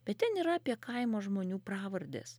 bet ten yra apie kaimo žmonių pravardes